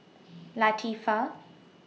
Latifa